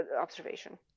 observation